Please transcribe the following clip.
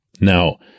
now